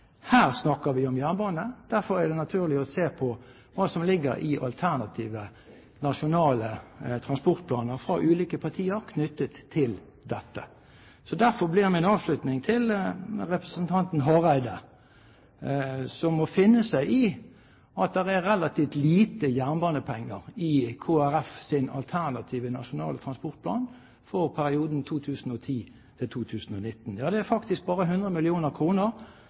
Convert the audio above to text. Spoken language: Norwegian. Her snakker vi om jernbane. Derfor er det naturlig å se på hva som ligger i alternative nasjonale transportplaner fra ulike partier, knyttet til dette. Derfor blir min avslutning til representanten Hareide, som må finne seg i at det er relativt lite jernbanebanepenger i Kristelig Folkepartis alternative nasjonale transportplan for perioden 2010–2019: Det er faktisk der bare 100